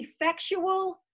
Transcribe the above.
effectual